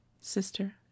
Sister